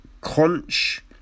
conch